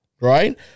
right